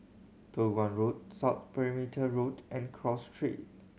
Toh Guan Road South Perimeter Road and Cross Street